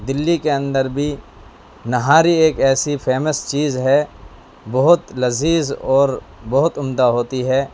دہلی کے اندر بھی نہاری ایک ایسی فیمس چیز ہے بہت لذیذ اور بہت عمدہ ہوتی ہے